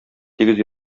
тигез